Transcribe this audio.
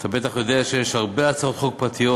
אתה בטח יודע שיש הרבה הצעות חוק פרטיות